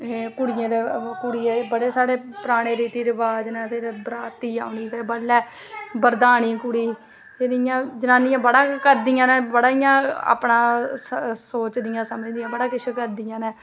कुड़ियें दे कुड़िये बड़े साढ़े पराने रीति रिवाज़ न बरात औंनी ते बडलै बरधानी कुड़ी फिर इयां जनानियां बड़ा करदियां ने बड़ा इयां अपना सोचदियां समझदियां बड़ा किस करदियां नै